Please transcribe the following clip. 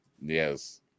Yes